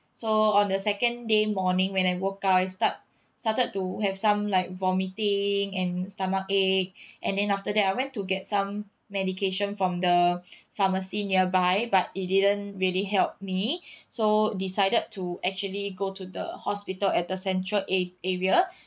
so on the second day morning when I woke up I start started to have some like vomiting and stomach ache and then after that I went to get some medication from the pharmacy nearby but it didn't really help me so decided to actually go to the hospital at the central ar~ area